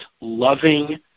loving